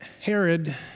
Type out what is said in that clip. Herod